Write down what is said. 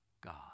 God